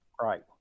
Right